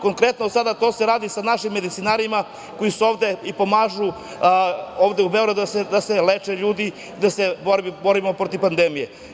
Konkretno sada se radi o našim medicinarima koji su ovde i pomažu u Beogradu da se leče ljudi i da se borimo protiv pandemije.